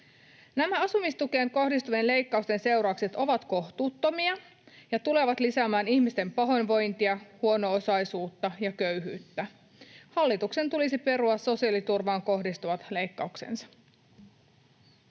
Nämä asumistukeen kohdistuvien leikkausten seuraukset ovat kohtuuttomia ja tulevat lisäämään ihmisten pahoinvointia, huono-osaisuutta ja köyhyyttä. Hallituksen tulisi perua sosiaaliturvaan kohdistuvat leikkauksensa.